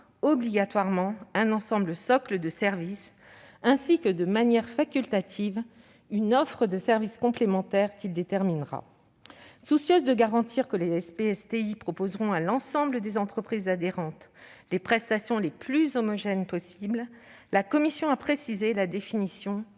obligatoirement un ensemble socle de services, ainsi que, de manière facultative, une offre de services complémentaires qu'il déterminera. Soucieuse de garantir que les SPSTI proposeront à l'ensemble des entreprises adhérentes les prestations les plus homogènes possible, la commission a précisé la définition